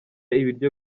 ibiryo